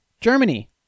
Germany